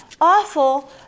awful